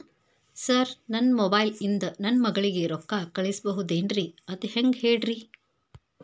sir ನನ್ನ mobile ಇಂದ ನನ್ನ ಮಗಳಿಗೆ ರೊಕ್ಕಾ ಕಳಿಸಬಹುದೇನ್ರಿ ಅದು ಹೆಂಗ್ ಹೇಳ್ರಿ